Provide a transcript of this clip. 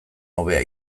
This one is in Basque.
hobea